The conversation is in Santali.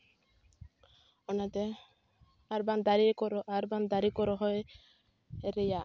ᱚᱱᱟᱛᱮ ᱟᱨ ᱵᱟᱝ ᱫᱟᱨᱮ ᱠᱚ ᱨᱚᱦᱚᱭ ᱟᱨ ᱵᱟᱝ ᱫᱟᱨᱮ ᱠᱚ ᱨᱚᱦᱚᱭ ᱨᱮᱭᱟᱜ